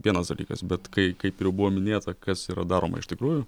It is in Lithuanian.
vienas dalykas bet kai kaip ir buvo minėta kas yra daroma iš tikrųjų